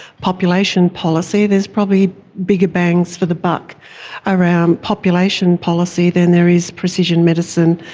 population policy, there's probably bigger bangs for the buck around population policy than there is precision medicine.